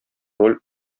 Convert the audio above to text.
роль